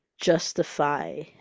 justify